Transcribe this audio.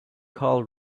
carl